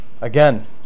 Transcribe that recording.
Again